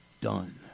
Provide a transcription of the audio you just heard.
done